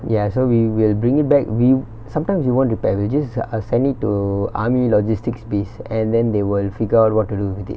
ya so we we'll bring it back we sometimes we won't repair we'll just I'll send it to army logistics base and then they will figure out what to do with it